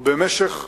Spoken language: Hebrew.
במשך שנים,